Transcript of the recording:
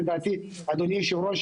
אדוני היושב-ראש,